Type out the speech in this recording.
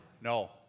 No